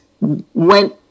went